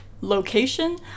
Location